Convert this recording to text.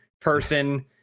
person